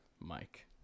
mike